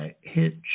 hitch